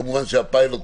כמובן הפיילוט,